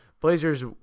Blazers